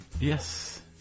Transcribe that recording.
Yes